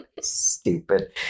Stupid